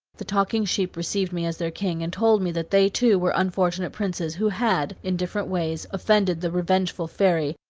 the talking sheep received me as their king, and told me that they, too, were unfortunate princes who had, in different ways, offended the revengeful fairy,